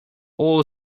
all